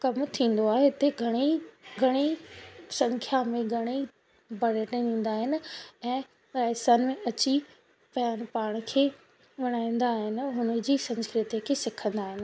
कमु थींदो आहे हिते घणे ई घणे ई संख्या में घणेई पर्यटन ईंदा आहिनि ऐं राजस्थान में अची पाण खे वणाईंदा आहिनि हुन जी संस्कृति खे सिखंदा आहिनि